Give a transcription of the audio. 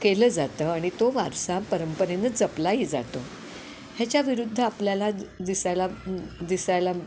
केलं जातं आणि तो वारसा परंपरेनं जपलाही जातो ह्याच्या विरुद्ध आपल्याला दिसायला दिसायला